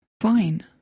fine